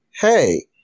hey